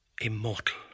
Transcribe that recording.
Immortal